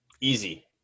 easy